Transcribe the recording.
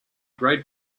grade